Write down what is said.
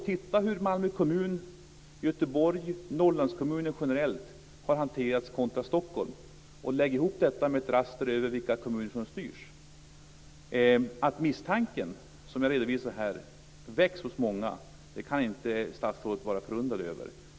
Titta på hur Malmö, Göteborg och Norrlandskommuner generellt har hanterats kontra Stockholm, och lägg ihop detta med ett raster över hur kommunerna styrs! Att misstanken som jag redovisar här väcks hos många kan inte statsrådet vara förundrad över.